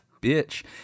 bitch